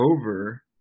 over